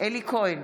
אלי כהן,